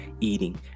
eating